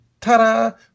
Ta-da